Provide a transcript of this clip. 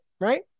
right